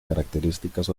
características